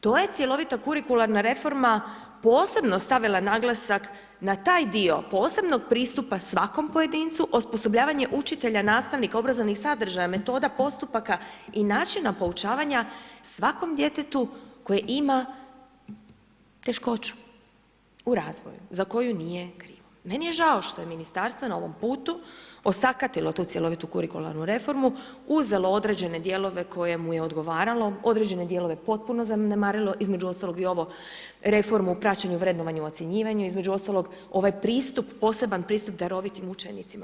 Tu je cjelovita kurikularna reforma posebno stavila naglasak na taj dio posebnog pristupa svakog pojedincu, osposobljavanje učitelja, nastavnika, obrazovnih sadržaja, metoda postupaka i načina poučavanja svakom djetetu koje ima teškoću u razvoju za koju nije, meni je žao što ministarstvo na ovom putu osakatilo tu cjelovitu kurikularnu reformu, uzelo određene dijelove koje mu je odgovaralo, određene dijelove potpuno zanemarilo, između ostalog i ovo reformu o praćenju, vrednovanju i ocjenjivanju, između ostalog ovaj pristup, poseban pristup darovitim učenicima.